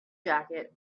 jacket